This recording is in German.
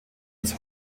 des